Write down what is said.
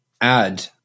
add